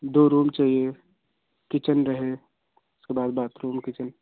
दो रूम चाहिए किचन रहे उसके बाद बाथरूम किचन